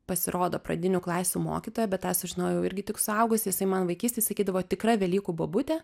pasirodo pradinių klasių mokytoja bet tą aš sužinojau irgi tik suaugusi jisai man vaikystėj sakydavo tikra velykų bobutė